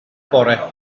bore